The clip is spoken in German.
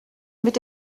mit